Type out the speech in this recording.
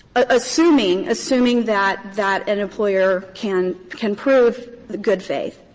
ah assuming assuming that that an employer can can prove good faith.